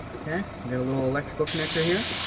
okay, we got a little electrical connector here,